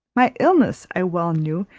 my illness, i well knew,